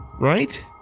right